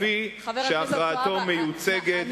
כפי שהכרעתו מיוצגת